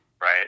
right